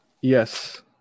Yes